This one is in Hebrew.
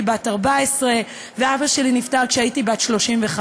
בת 14 ואבא שלי נפטר כשהייתי בת 35,